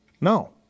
no